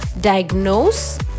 Diagnose